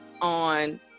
on